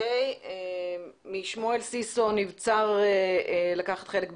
משמואל סיסו נבצר לקחת חלק בדיון.